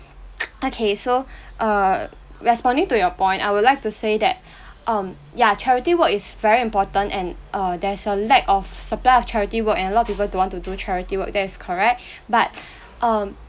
okay so err responding to your point I would like to say that um ya charity work is very important and err there is a lack of supply of charity work and a lot of people don't want to do charity work that is correct but um